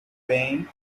bem